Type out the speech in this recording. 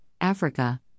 Africa